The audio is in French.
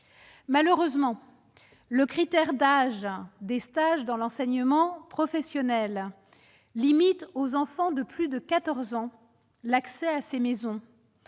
Malheureusement, le critère d'âge des stages dans l'enseignement professionnel limite aux enfants de plus de 14 ans l'accès à ces maisons,